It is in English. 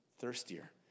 thirstier